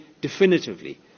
definitively